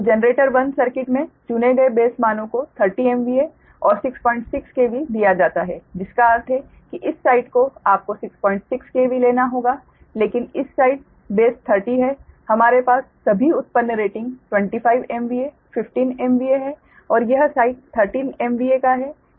तो generator 1 circuit में चुने गए बेस मानों को 30 MVA और 66 KV दिया जाता है जिसका अर्थ है कि इस साइड को आपको 66 KV लेना होगा लेकिन इस साइड बेस 30 है हमारे पास सभी उत्पन्न रेटिंग 25 MVA 15 MVA है और यह साइड 13 MVA का है